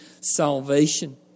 salvation